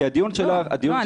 כי הדיון שלך --- לא,